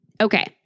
Okay